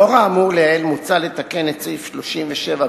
לאור האמור לעיל, מוצע לתקן את סעיף 37(ב)(9)